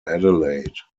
adelaide